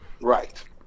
Right